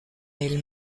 elle